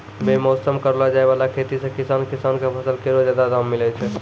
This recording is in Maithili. बेमौसम करलो जाय वाला खेती सें किसान किसान क फसल केरो जादा दाम मिलै छै